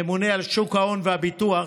הממונה על שוק ההון והביטוח,